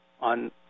on